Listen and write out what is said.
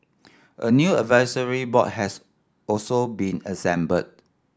a new advisory board has also been assembled